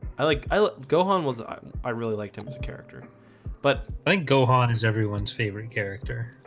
i like i'll go hon was i i really liked him as a character but i and go hon is everyone's favorite character.